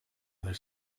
other